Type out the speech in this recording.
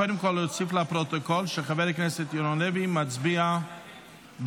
קודם כול נוסיף לפרוטוקול שחבר הכנסת ירון לוי מצביע בעד.